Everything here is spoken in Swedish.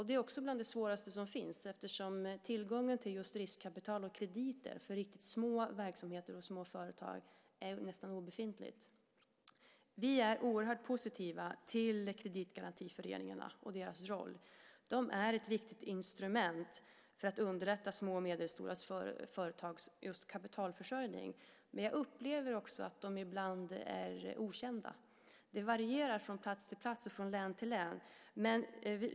Det är också bland det svåraste som finns eftersom tillgången till riskkapital och krediter för riktigt små verksamheter och små företag är nästan obefintlig. Vi är oerhört positiva till kreditgarantiföreningarna och deras roll. De är ett viktigt instrument för att underlätta just kapitalförsörjningen för små och medelstora företag. Men jag upplever också att de ibland är okända. Det varierar från plats till plats och från län till län.